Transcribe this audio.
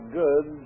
good